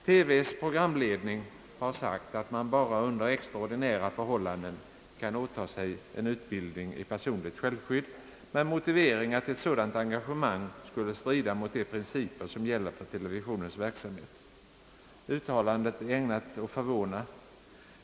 TV:s programledning har sagt att man bara under extraordinära förhållanden kan åtaga sig en utbildning i personligt självskydd med motivering att ett sådant engagemang skulle strida mot de principer som gäller för televisionens verksamhet. Uttalandet är ägnat att förvåna.